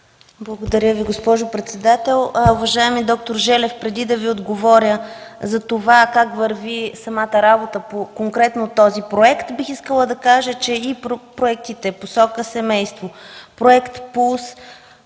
Благодаря Ви, госпожо председател. Уважаеми д-р Желев, преди да Ви отговоря как върви самата работа конкретно по проекта, бих искала да кажа, че и проектите в посока семейство, проект ПУЛСС